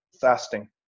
fasting